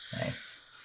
Nice